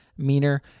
meaner